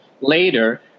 later